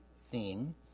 theme